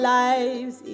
lives